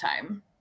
time